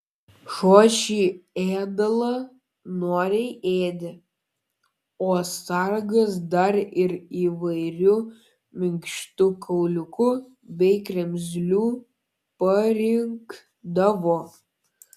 šuo šį ėdalą noriai ėdė o sargas dar ir įvairių minkštų kauliukų bei kremzlių parinkdavo